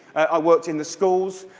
i worked in the schools.